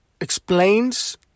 explains